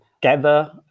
gather